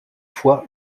fois